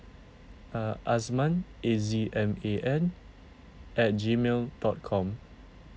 uh azman A Z M A N at gmail dot com